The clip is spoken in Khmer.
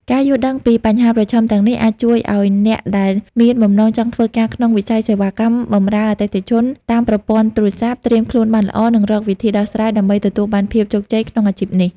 ការយល់ដឹងពីបញ្ហាប្រឈមទាំងនេះអាចជួយឱ្យអ្នកដែលមានបំណងចង់ធ្វើការក្នុងវិស័យសេវាកម្មបម្រើអតិថិជនតាមប្រព័ន្ធទូរស័ព្ទត្រៀមខ្លួនបានល្អ និងរកវិធីដោះស្រាយ ដើម្បីទទួលបានភាពជោគជ័យក្នុងអាជីពនេះ។